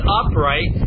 upright